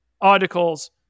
articles